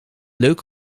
leuk